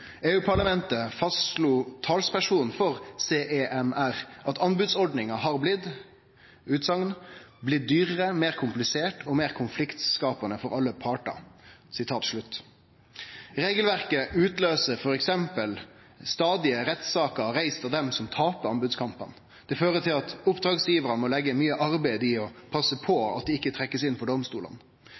EU-parlamentet fastslo talspersonen for CEMR at anbodsordninga har blitt dyrare, meir komplisert og meir konfliktskapande for alle partar. Regelverket utløyser f.eks. stadig rettssaker reiste av dei som taper anbodskampane. Det fører til at oppdragsgivarane må leggje mykje arbeid i å passe på at dei ikkje blir trekte inn for domstolane.